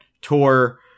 tour